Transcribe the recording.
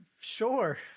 sure